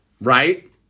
right